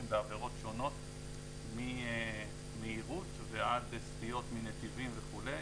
ועבירות שונות ממהירות ועד סטיות מנתיבים וכולי,